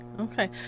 Okay